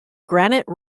granite